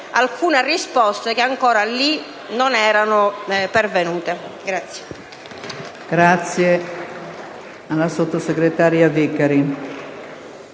alcune risposte che ancora lì non erano pervenute.